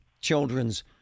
children's